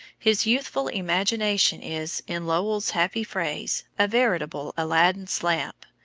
his youthful imagination is, in lowell's happy phrase, a veritable aladdin's lamp,